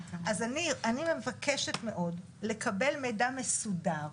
אני בקשת מאוד לקבל מידע מסודר.